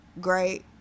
great